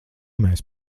mēs